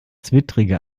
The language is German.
zwittrige